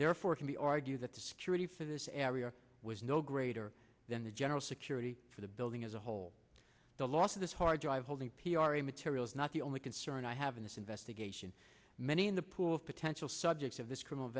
therefore can be argued that the security for this area was no greater than the general security for the building as a whole the loss of this hard drive holding p r a material is not the only concern i have in this investigation many in the pool of potential subjects of this criminal